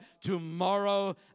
tomorrow